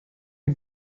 you